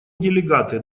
делегаты